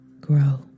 grow